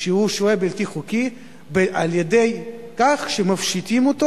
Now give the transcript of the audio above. שהוא שוהה בלתי חוקי על-ידי כך שמפשיטים אותו